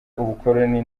ubukoroni